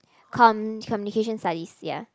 comm~ communication studies ya